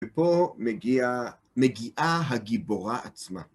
ופה מגיע, מגיעה הגיבורה עצמה.